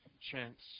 chance